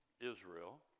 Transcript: Israel